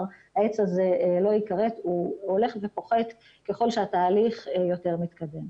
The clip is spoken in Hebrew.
לא ייכרת העץ הזה הולך ופוחת ככל שהתהליך יותר מתקדם.